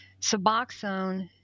Suboxone